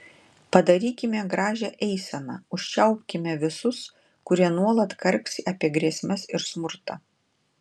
padarykime gražią eiseną užčiaupkime visus kurie nuolat karksi apie grėsmes ir smurtą